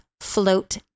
float